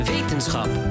Wetenschap